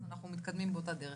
אז אנחנו מתקדמים באותה דרך.